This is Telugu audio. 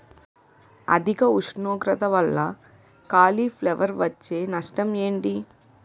అధిక ఉష్ణోగ్రత వల్ల కాలీఫ్లవర్ వచ్చే నష్టం ఏంటి?